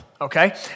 okay